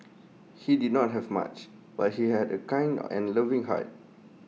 he did not have much but he had A kind and loving heart